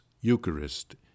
Eucharist